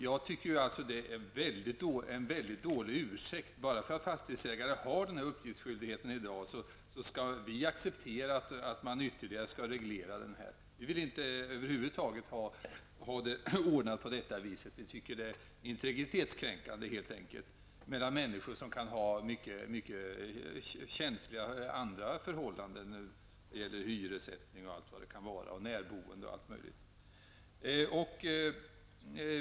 Jag tycker att det är en mycket dålig ursäkt att bara för att fastighetsägare har en viss uppgiftsskyldighet i dag, skall vi acceptera att man ytterligare reglerar detta. Vi vill över huvud taget inte ha det ordnat på det viset. Vi tycker helt enkelt att det är integritetskränkande. Människor kan ha mycket känsliga förhållanden när det gäller hyressättning, närboende och allt möjligt.